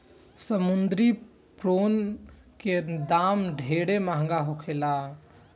समुंद्री प्रोन के दाम ढेरे महंगा होखेला